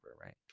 right